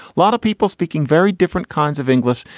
lot of people speaking very different kinds of english.